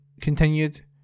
continued